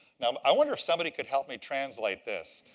now, i wonder if somebody could help me translate this.